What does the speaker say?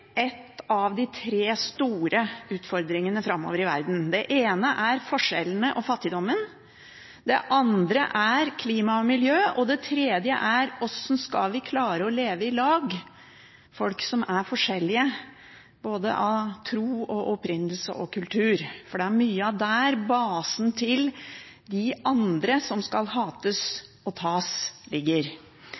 av de tre store utfordringene framover i verden. Den ene er forskjellene og fattigdommen. Den andre er klima og miljø. Og den tredje er hvordan vi skal klare å leve i lag, folk som er forskjellige i både tro, opprinnelse og kultur, for det er mye der basen til de andre, som skal hates og tas, ligger.